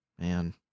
Man